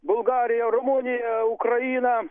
bulgarija rumunija ukraina